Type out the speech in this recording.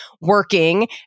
working